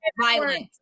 violence